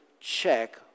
check